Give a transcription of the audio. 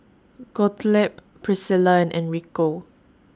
Gottlieb Priscilla and Enrico